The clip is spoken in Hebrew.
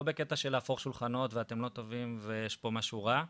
לא בקטע של להפוך שולחנות ואתם לא טובים ויש פה משהו רע,